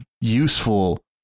useful